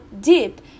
deep